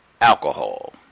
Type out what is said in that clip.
alcohol